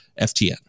FTN